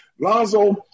Lonzo